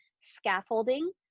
scaffolding